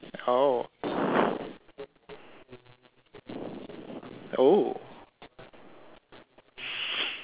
oh oh